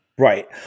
Right